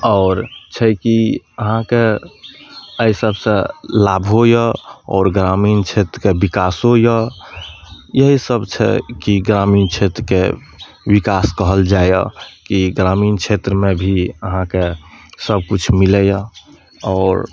आओर छै की अहाँके एहिसब सऽ लाभो यऽ आओर ग्रामीण क्षेत्रके विकासो यऽ इहो सब छै कि ग्रामीण क्षेत्रके विकास कहल जाइया की ग्रामीण क्षेत्रमे भी अहाँके सबकिछु मिलैया आओर